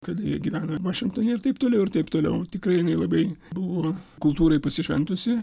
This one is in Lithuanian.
kada jie gyveno ir vašingtone ir taip toliau ir taip toliau tikrai jinai labai buvo kultūrai pasišventusi